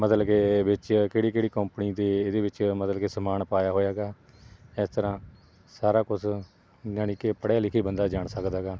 ਮਤਲਬ ਕਿ ਵਿੱਚ ਕਿਹੜੀ ਕਿਹੜੀ ਕੌਪਨੀ ਦੇ ਇਹਦੇ ਵਿੱਚ ਮਤਲਬ ਕਿ ਸਮਾਨ ਪਾਇਆ ਹੋਇਆ ਗਾ ਇਸ ਤਰ੍ਹਾਂ ਸਾਰਾ ਕੁਛ ਯਾਨੀ ਕਿ ਪੜ੍ਹਿਆ ਲਿਖਿਆ ਹੀ ਬੰਦਾ ਜਾਣ ਸਕਦਾ ਗਾ